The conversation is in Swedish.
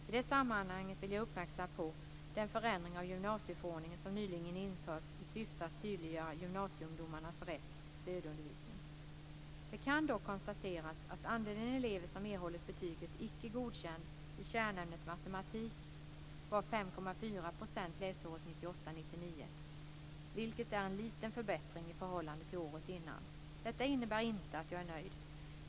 I det sammanhanget vill jag uppmärksamma på den förändring av gymnasieförordningen som nyligen införts i syfte att tydliggöra gymnasieungdomarnas rätt till stödundervisning. Det kan dock konstateras att andelen elever som erhållit betyget Icke godkänd i kärnämnet matematik var 5,4 % läsåret 1998/99, vilket är en liten förbättring i förhållande till året innan. Detta innebär inte att jag är nöjd.